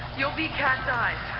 you'll be cacti